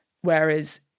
whereas